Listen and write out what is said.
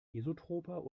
isotroper